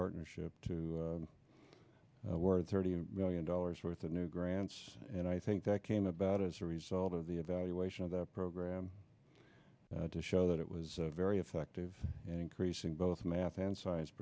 partnership to worth thirty million dollars worth of new grants and i think that came about as a result of the evaluation of the program to show that it was very effective and increasing both math and science